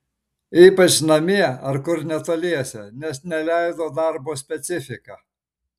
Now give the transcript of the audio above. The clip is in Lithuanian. ypač namie ar kur netoliese nes neleido darbo specifika